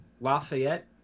Lafayette